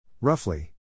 Roughly